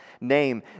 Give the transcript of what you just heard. name